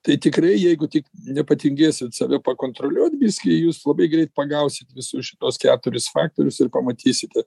tai tikrai jeigu tik nepatingėsit save pakontroliuot biskį jūs labai greit pagausit visus šituos keturis faktorius ir pamatysite